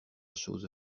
chose